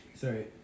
sorry